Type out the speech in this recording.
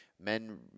Men